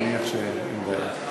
אני מניח שאין בעיה.